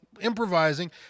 improvising